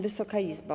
Wysoka Izbo!